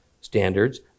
standards